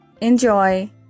enjoy